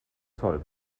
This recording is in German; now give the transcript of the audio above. zoll